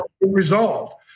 Resolved